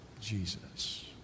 Jesus